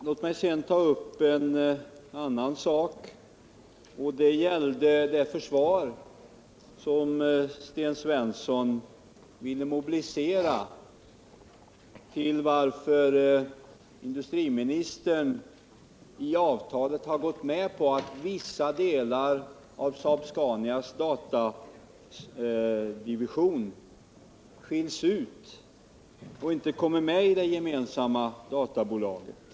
Låt mig sedan ta upp en annan sak, nämligen det försvar som Sten Svensson mobiliserade med anledning av att industriministern i avtalet har gått med på att vissa delar av Saab-Scania AB:s datadivision skiljs ut och alltså inte kommer med i det gemensamma databolaget.